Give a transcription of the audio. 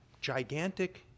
gigantic